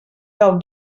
del